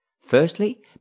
Firstly